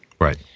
Right